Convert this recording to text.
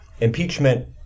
impeachment